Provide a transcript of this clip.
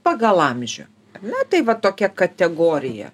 pagal amžių na tai va tokia kategorija